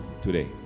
today